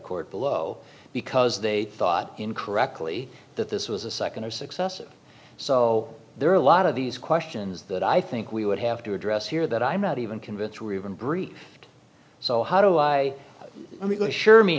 court below because they thought incorrectly that this was a second or successive so there are a lot of these questions that i think we would have to address here that i'm not even convinced ribbon bre so how do i